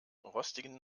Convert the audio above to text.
rostigen